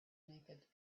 naked